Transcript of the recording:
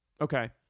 Okay